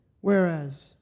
Whereas